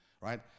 right